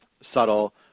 subtle